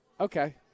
Okay